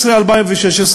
של 2015 2016,